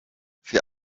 für